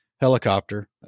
helicopter